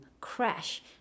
crash